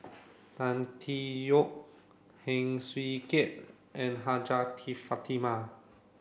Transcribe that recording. Tan Tee Yoke Heng Swee Keat and Hajjah Fatimah